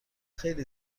خیلی